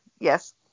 Yes